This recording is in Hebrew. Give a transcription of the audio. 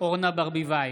אורנה ברביבאי,